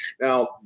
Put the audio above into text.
Now